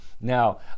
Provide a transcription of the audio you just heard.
Now